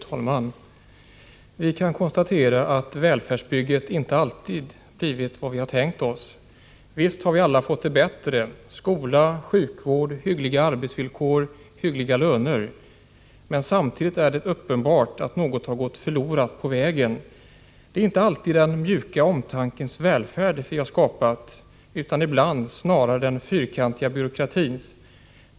Fru talman! Vi kan konstatera att välfärdsbygget inte alltid blivit vad vi hade tänkt oss. Visst har vi alla fått det bättre — skola, sjukvård, hyggliga arbetsvillkor, hyggliga löner. Men samtidigt är det uppenbart att något har gått förlorat på vägen. Det är inte alltid den mjuka omtankens välfärd vi har skapat, utan ibland snarare den fyrkantiga byråkratins.